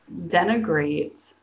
denigrate